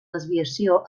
desviació